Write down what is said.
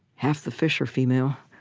half the fish are female,